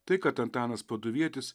tai kad antanas paduvietis